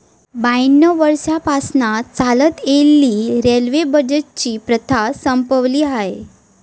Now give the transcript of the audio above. ब्याण्णव वर्षांपासना चालत इलेली रेल्वे बजेटची प्रथा संपवली हा